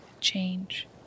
change